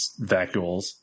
vacuoles